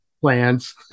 plans